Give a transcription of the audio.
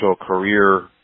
career